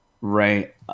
Right